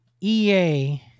EA